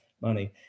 money